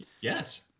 Yes